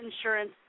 insurance